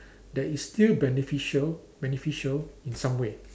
that is still beneficial beneficial in some way